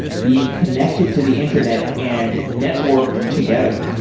being connected to the internet and networked together.